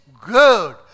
good